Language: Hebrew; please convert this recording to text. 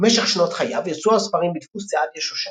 במשך שנות חייו יצאו הספרים בדפוס סעדיה שושני,